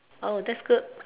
oh that's good